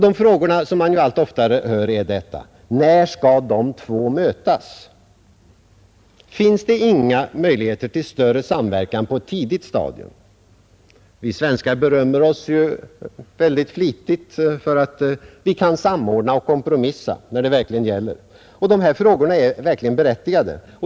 De frågor som man allt oftare hör är: När skall de två mötas? Finns det inga möjliheter till större samverkan på ett tidigt stadium? Vi svenskar berömmer oss flitigt av att kunna samordna och kompromissa när det verkligen gäller. Frågorna är verkligen berättigade.